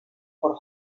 por